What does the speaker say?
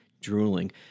drooling